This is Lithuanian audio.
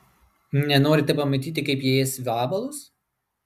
nenorite pamatyti kaip jie ės vabalus